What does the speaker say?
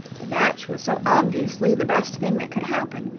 the match was so obviously the best thing that could happen.